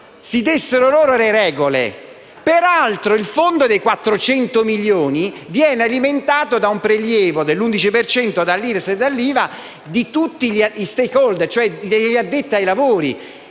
si dessero loro le regole. Peraltro, il fondo dei 400 milioni viene alimentato con un prelievo dell’11 per cento dall’IRES e dall’IVA di tutti gli stakeholder, cioè degli addetti ai lavori: